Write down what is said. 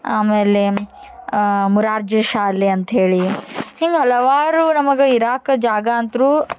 ಆಮೇಲೆ ಮುರಾರ್ಜೆ ಶಾಲೆ ಅಂತ್ಹೇಳಿ ಹಿಂಗೆ ಹಲವಾರು ನಮಗೆ ಇರಾಕೆ ಜಾಗ ಅಂತ್ರೂ